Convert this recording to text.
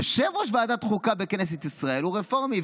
יושב-ראש ועדת החוקה בכנסת ישראל הוא רפורמי,